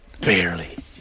barely